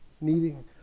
needing